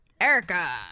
Erica